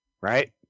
Right